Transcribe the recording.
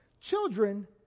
Children